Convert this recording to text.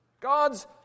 God's